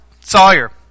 Sawyer